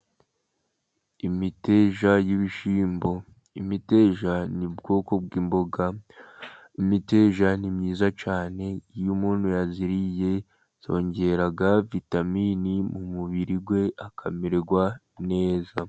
Imiteja y'ibishyimbo, imiteja ni ubwoko bw'imboga, imiteja ni myiza cyane, iyo umuntu yayiriye yongera vitamini mu mubiri we, akamererwa neza.